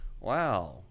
Wow